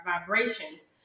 vibrations